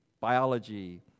biology